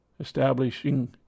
establishing